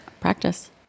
Practice